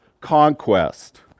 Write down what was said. conquest